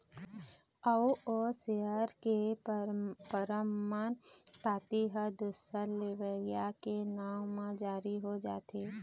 अउ ओ सेयर के परमान पाती ह दूसर लेवइया के नांव म जारी हो जाथे